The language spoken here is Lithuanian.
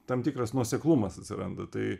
tam tikras nuoseklumas atsiranda tai